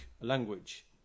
language